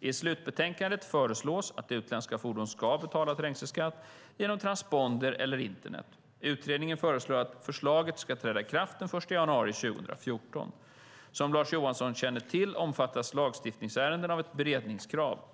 I slutbetänkandet föreslås att utländska fordon ska betala trängselskatt genom transponder eller internet. Utredningen föreslår att förslaget ska träda i kraft den 1 januari 2014. Som Lars Johansson känner till omfattas lagstiftningsärenden av ett beredningskrav.